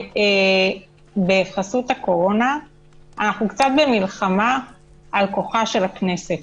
שבחסות הקורונה אנחנו במלחמה על כוחה של הכנסת